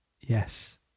yes